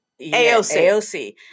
AOC